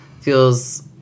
feels